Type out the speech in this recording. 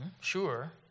sure